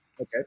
Okay